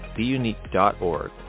beunique.org